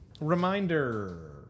reminder